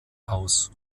aus